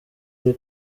ari